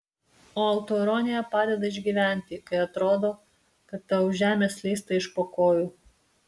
o autoironija padeda išgyventi kai atrodo kad tau žemė slysta iš po kojų